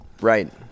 Right